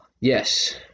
yes